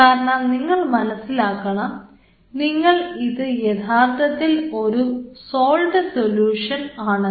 കാരണം നിങ്ങൾ മനസ്സിലാക്കണം നിങ്ങൾ ഇത് യഥാർത്ഥത്തിൽ ഒരു സോൾട്ട് സൊലൂഷൻ ആണെന്ന്